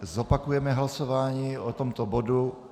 Zopakujeme hlasování o tomto bodu.